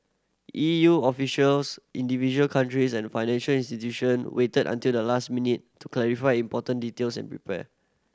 E U officials individual countries and financial institution waited until the last minute to clarify important details and prepare